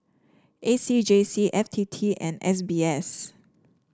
A C J C F T T and S B S